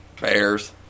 Bears